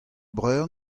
breur